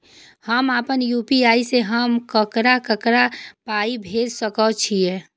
हम आपन यू.पी.आई से हम ककरा ककरा पाय भेज सकै छीयै?